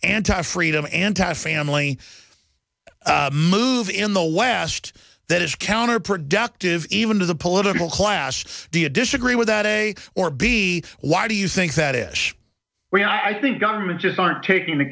anti freedom anti family move in the west that is counterproductive even to the political class do you disagree with that a or b why do you think that if we i think government just aren't taking